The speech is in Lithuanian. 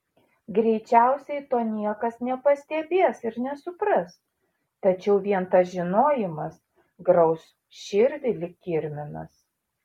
greičiausiai to niekas nepastebės ir nesupras tačiau vien tas žinojimas grauš širdį lyg kirminas